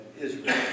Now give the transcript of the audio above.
Israel